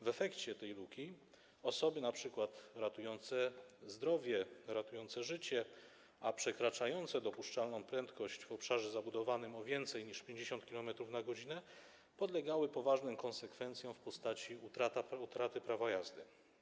W efekcie tej luki osoby np. ratujące zdrowie, ratujące życie, a przekraczające dopuszczalną prędkość w obszarze zabudowanym o więcej niż 50 km/h podlegały poważnym konsekwencjom w postaci utraty prawa jazdy.